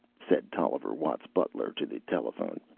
said tolliver watt's butler to the telephone.